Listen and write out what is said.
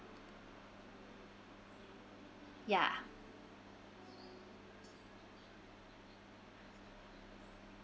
ya